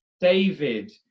David